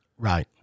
Right